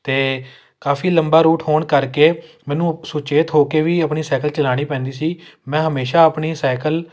ਅਤੇ ਕਾਫੀ ਲੰਬਾ ਰੂਟ ਹੋਣ ਕਰਕੇ ਮੈਨੂੰ ਸੁਚੇਤ ਹੋ ਕੇ ਵੀ ਆਪਣੀ ਸਾਈਕਲ ਚਲਾਉਣੀ ਪੈਂਦੀ ਸੀ ਮੈਂ ਹਮੇਸ਼ਾ ਆਪਣੀ ਸਾਈਕਲ